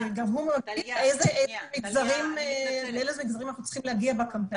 והוא גם מחליט לאיזה מגזרים אנחנו צריכים להגיע בקמפיין.